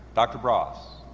dr. bras.